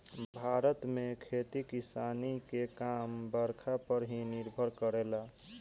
भारत में खेती किसानी के काम बरखा पर ही निर्भर करेला